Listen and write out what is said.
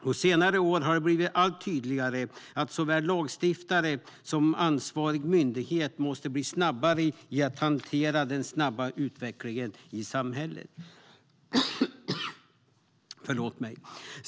På senare år har det blivit allt tydligare att såväl lagstiftare som ansvarig myndighet måste bli snabbare i att hantera den snabba utvecklingen i samhället.